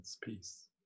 Peace